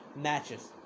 matches